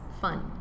fun